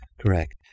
Correct